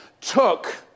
took